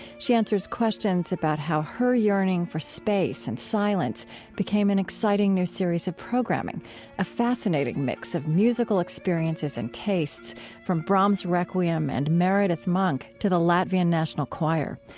she answers questions about how her yearning for space and silence became an exciting new series of programming a fascinating mix of musical experiences and tastes, ranging from brahms' requiem and meredith monk to the latvian national choir.